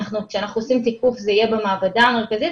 כשאנחנו עושים תיקוף זה יהיה במעבדה המרכזית,